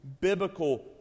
biblical